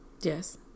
Yes